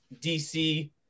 DC